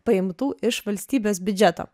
paimtų iš valstybės biudžeto